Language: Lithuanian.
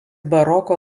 baroko